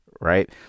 right